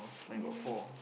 mine got four